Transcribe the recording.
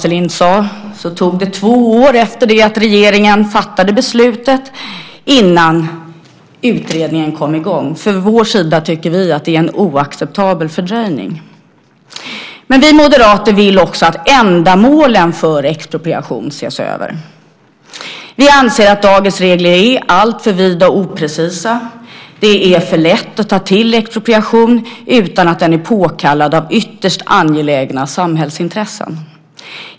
Som Ragnwi Marcelind sade tog det två år efter det att riksdagen fattade beslutet innan utredningen kom i gång. Från vår sida tycker vi att det är en oacceptabel fördröjning. Vi anser att dagens regler är alltför vida och oprecisa. Det är för lätt att ta till expropriation utan att den är påkallad av ytterst angelägna samhällsintressen.